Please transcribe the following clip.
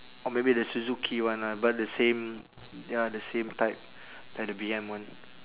or maybe the suzuki one ah but the same ya the same type like the B_M one